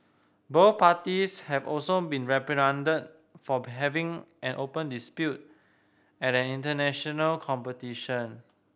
both parties have also been reprimanded for having an open dispute at an international competition